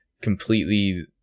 completely